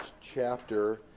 chapter